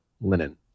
linen